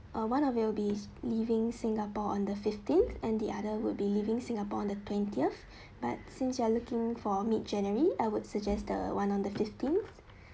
uh one of your be s~ leaving singapore on the fifteenth and the other would be leaving singapore on the twentieth but since you are looking for a mid january I would suggest the one on the fifteen